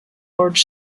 large